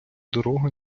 дорога